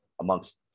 amongst